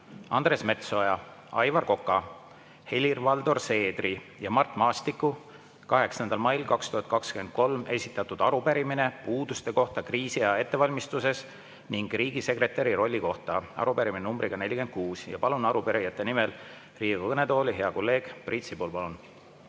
Andres Metsoja, Aivar Koka, Helir-Valdor Seedri ja Mart Maastiku 8. mail 2023 esitatud arupärimine puuduste kohta kriisiaja ettevalmistuses ning riigisekretäri rolli kohta, arupärimine numbriga [26]. Palun arupärijate nimel Riigikogu kõnetooli hea kolleegi Priit Sibula.